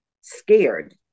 scared